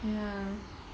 ya